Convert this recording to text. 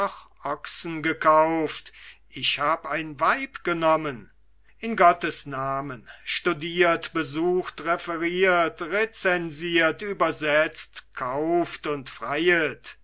ochsen gekauft ich hab ein weib genommen in gottes namen studiert besucht referiert recensiert übersetzt kauft und freiet